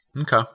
Okay